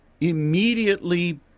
immediately